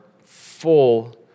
full